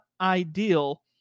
ideal